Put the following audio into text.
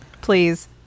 please